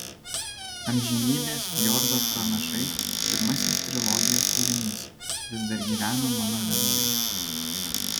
amžinybės fjordo pranašai pirmasis trilogijos kūrinys vis dar gyvena mano viduje